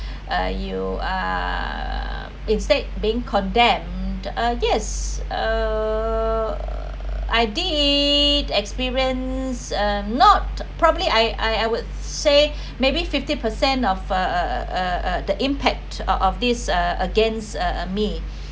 uh you are instead being condemned uh yes err I did experience uh not probably I I would say maybe fifty percent of err the impact of of this uh against me